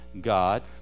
God